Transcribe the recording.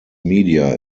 media